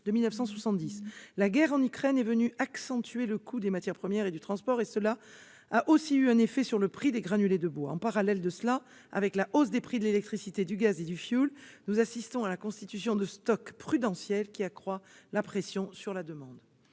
1970. La guerre en Ukraine a provoqué l'augmentation du coût des matières premières et du transport, non sans effet sur le prix des granulés de bois. En parallèle, avec la hausse des prix de l'électricité, du gaz et du fioul, on assiste à la constitution de stocks prudentiels, ce qui accroît la pression sur la demande.